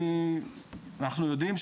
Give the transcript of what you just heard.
אנחנו יודעים,